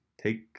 Take